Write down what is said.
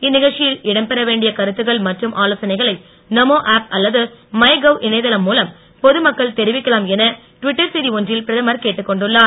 இந்நிகழ்ச்சியில் இடம்பெற வேண்டிய கருத்துக்கள் மற்றும் ஆலோசனைகளை நமோ ஆப் அல்லது மைகவ் இணையதளம் மூலம் பொதுமக்கள் தெரிவிக்கலாம் என டிவிட்டர் செய்தி ஒன்றில் பிரதமர் கேட்டுக் கொண்டுள்ளார்